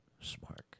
smart